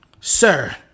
Sir